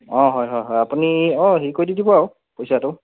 অঁ হয় হয় হয় আপুনি অঁ হেৰি কৰি দি দিব আৰু পইচাটো